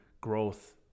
Growth